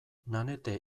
nanette